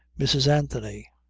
mrs. anthony!